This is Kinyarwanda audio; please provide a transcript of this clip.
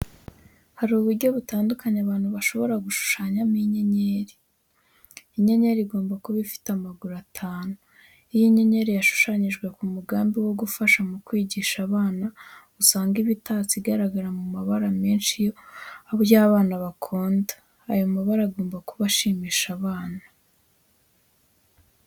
Hari uburyo butandukanye abantu bashobora gushushanyamo inyenyeri. Inyenyeri igomba kuba ifite amaguru atanu. Iyo inyenyeri yashushanyijwe ku mugambi wo gufasha mu kwigisha abana, usanga iba itatse, igaragara mu mabara menshi yo abana bakunda. Ayo mabara agomba kuba ashimisha abana.